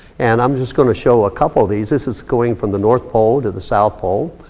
and i'm just gonna show a couple of these. this is going from the north pole to the south pole.